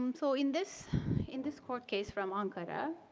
um so, in this in this court case from ankara,